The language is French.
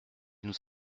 nous